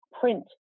print